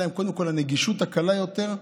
ותהיה להן קודם כול נגישות קלה יותר,